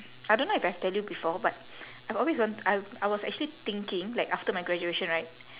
I don't know if I've tell you before but I've always want~ I I was actually thinking like after my graduation right